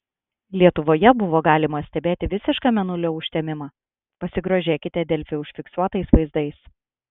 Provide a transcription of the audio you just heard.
lietuvoje buvo galima stebėti visišką mėnulio užtemimą pasigrožėkite delfi užfiksuotais vaizdais